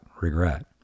regret